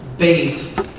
Based